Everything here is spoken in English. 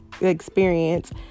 experience